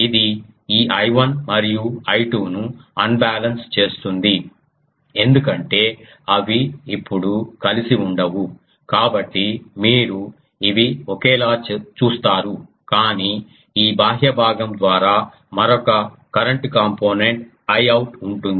ఇది ఈ I1 మరియు I2 ను ఆన్బాలన్స్ చేస్తుంది ఎందుకంటే అవి ఇప్పుడు కలిసి ఉండవు కాబట్టి మీరు ఇవి ఒకేలా చూస్తారు కానీ ఈ బాహ్య భాగం ద్వారా మరొక కరెంట్ కాంపోనెంట్ I out ఉంటుంది